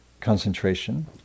concentration